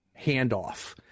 handoff